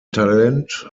talent